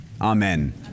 amen